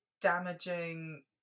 damaging